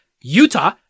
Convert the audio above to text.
Utah